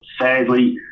Sadly